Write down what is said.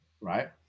Right